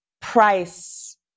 price